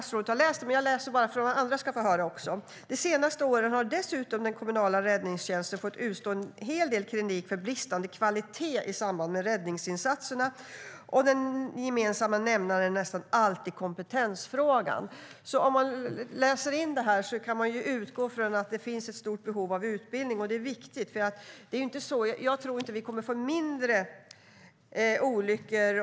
Så här står det: De senaste åren har dessutom den kommunala räddningstjänsten fått utstå en hel del kritik för bristande kvalitet i samband med räddningsinsatserna, och den gemensamma nämnaren är nästan alltid kompetensfrågan. Man kan alltså utgå ifrån att det finns ett stort behov av utbildning. Jag tror inte att det kommer att bli färre olyckor.